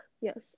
yes